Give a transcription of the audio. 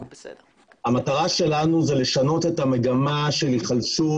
המטרה שלנו היא לשנות את המגמה של היחלשות